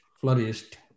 flourished